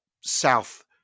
south